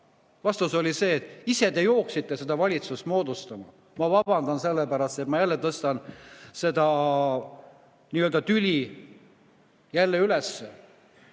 Vastus oli see, et ise te jooksite seda valitsust moodustama. Ma vabandan sellepärast, et ma jälle tõstan selle tüli üles.